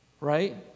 right